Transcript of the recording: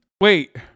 Wait